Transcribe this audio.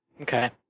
Okay